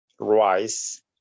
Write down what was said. rice